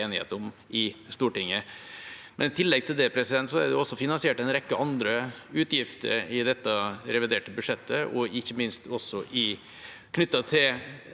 i Stortinget. I tillegg til det er det også finansiert en rekke andre utgifter i dette reviderte budsjettet, ikke minst knyttet til